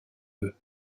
eux